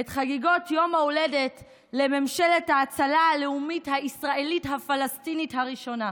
את חגיגות יום ההולדת לממשלת הצלה הלאומית הישראלית-הפלסטינית הראשונה.